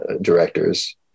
directors